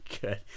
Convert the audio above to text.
good